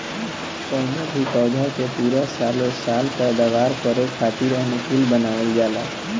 कवनो भी पौधा के पूरा सालो साल पैदावार करे खातीर अनुकूल बनावल जाला